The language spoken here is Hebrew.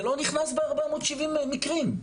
זה לא נכנס ב-470 מקרים,